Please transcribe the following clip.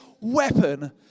weapon